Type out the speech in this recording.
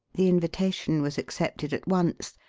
the invitation was accepted at once,